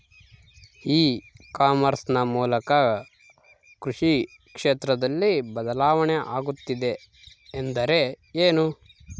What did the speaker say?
E commerce ನ ಮೂಲಕ ಕೃಷಿ ಕ್ಷೇತ್ರದಲ್ಲಿ ಬದಲಾವಣೆ ಆಗುತ್ತಿದೆ ಎಂದರೆ ಏನು?